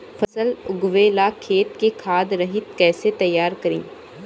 फसल उगवे ला खेत के खाद रहित कैसे तैयार करी?